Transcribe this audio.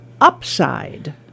upside